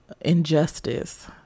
injustice